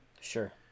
Sure